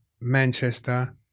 Manchester